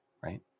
right